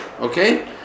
okay